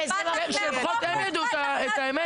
אני ציטטתי את עאידה --- תגידו את האמת